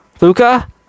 Luca